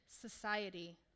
society